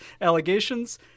allegations